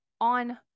on